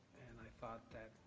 and i thought that,